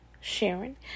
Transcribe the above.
Sharon